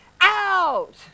out